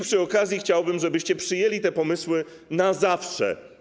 Przy okazji chciałbym, żebyście przyjęli te pomysły na zawsze.